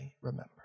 remember